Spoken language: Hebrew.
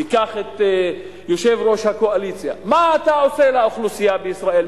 ניקח את יושב-ראש הקואליציה: מה אתה עושה לאוכלוסייה בישראל,